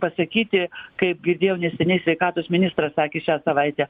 pasakyti kaip girdėjau neseniai sveikatos ministras sakė šią savaitę